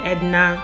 Edna